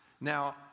Now